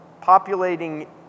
populating